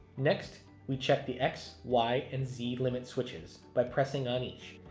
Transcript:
next we check the x, y and z limit switches by pressing on each.